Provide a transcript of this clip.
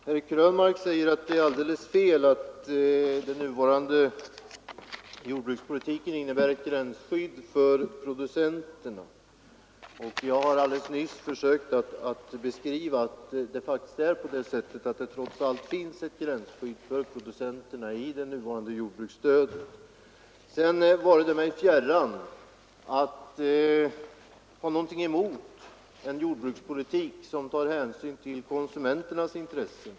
Herr talman! Herr Krönmark säger att det är felaktigt att påstå att den nuvarande jordbrukspolitiken innebär ett gränsskydd för producenterna, fastän jag alldeles nyss försökte bevisa att det trots allt finns ett sådant skydd för producenterna i det nuvarande jordbruksstödet. Sedan vare det mig fjärran att ha några invändningar emot en jordbrukspolitik som tar hänsyn till konsumenternas intressen.